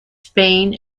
spain